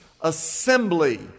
assembly